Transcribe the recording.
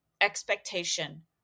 expectation